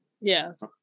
Yes